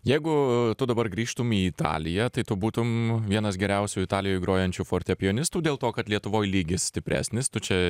jeigu tu dabar grįžtum į italiją tai tu būtum vienas geriausių italijoj grojančių fortepijonistų dėl to kad lietuvoj lygis stipresnis tu čia